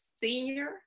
senior